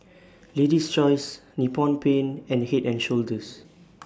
Lady's Choice Nippon Paint and Head and Shoulders